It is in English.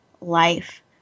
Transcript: life